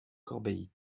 corbéis